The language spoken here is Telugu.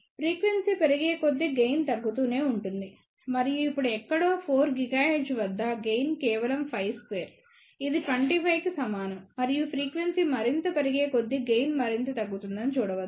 ఫ్రీక్వెన్సీ పెరిగేకొద్దీ గెయిన్ తగ్గుతూనే ఉంటుంది మరియు ఇప్పుడు ఎక్కడో 4 GHz వద్ద గెయిన్ కేవలం 52 ఇది 25 కి సమానం మరియు ఫ్రీక్వెన్సీ మరింత పెరిగేకొద్దీ గెయిన్ మరింత తగ్గుతుందని మీరు చూడవచ్చు